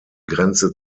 grenze